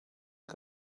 die